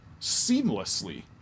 seamlessly